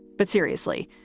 but seriously,